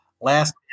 Last